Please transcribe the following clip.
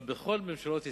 אבל בכל ממשלות ישראל,